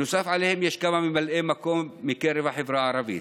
נוסף עליהם יש כמה ממלאי מקום מקרב החברה הערבית.